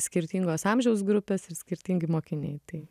skirtingos amžiaus grupes ir skirtingi mokiniai tai